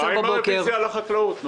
מה עם הרוויזיה על החקלאות?